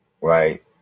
Right